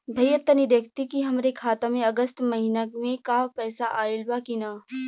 भईया तनि देखती की हमरे खाता मे अगस्त महीना में क पैसा आईल बा की ना?